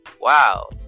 wow